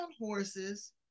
horses